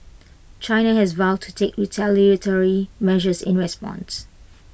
China has vowed to take retaliatory measures in responses